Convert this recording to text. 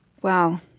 Wow